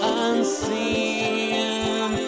unseen